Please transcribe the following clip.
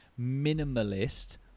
minimalist